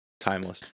Timeless